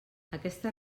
aquesta